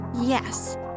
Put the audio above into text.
Yes